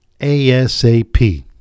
ASAP